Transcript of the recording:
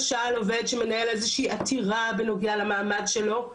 או למשל עובד שמנהל איזו שהיא עתירה בנוגע למעמד שלו,